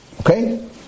Okay